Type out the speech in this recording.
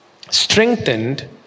Strengthened